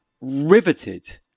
riveted